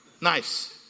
Nice